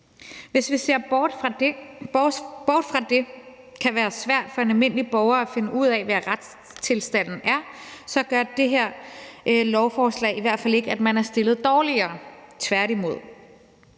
Hvis vi ser bort fra, at det kan være svært for en almindelig borger at finde ud af, hvad retstilstanden er, gør det her lovforslag i hvert fald ikke, at man er stillet dårligere. Tværtimod.